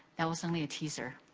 that was only a teaser.